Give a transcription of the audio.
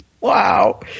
Wow